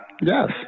Yes